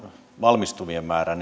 valmistuvien määrät